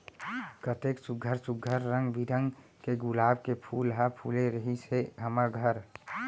कतेक सुग्घर सुघ्घर रंग बिरंग के गुलाब के फूल ह फूले रिहिस हे हमर घर